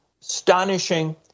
astonishing